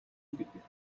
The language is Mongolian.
гэдэг